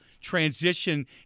transition